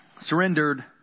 Surrendered